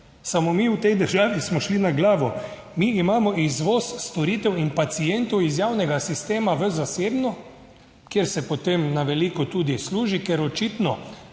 Samo mi v tej državi smo šli na glavo, mi imamo izvoz storitev in pacientov iz javnega sistema v zasebno, kjer se potem na veliko tudi služi, ker očitno